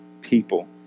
people